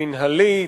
מינהלית.